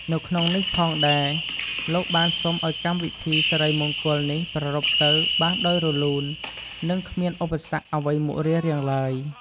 នៅក្នុងនេះផងដែរលោកបានសុំឱ្យកម្មវិធីសិរីមង្គលនេះប្រាព្ធទៅបានដោយរលូន និងគ្មានឧបសគ្គអ្វីមករារាំងឡើយ។